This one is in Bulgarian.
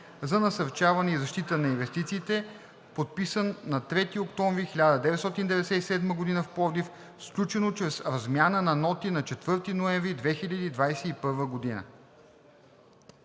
за насърчаване и защита на инвестициите, подписан на 3 октомври 1997 г. в Пловдив, сключено чрез размяна на ноти на 4 ноември 2021 г.“